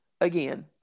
again